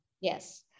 Yes